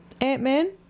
Ant-Man